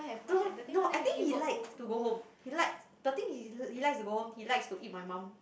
no no no I think he like to go home he like the thing he like he likes to eat my mum